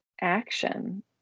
action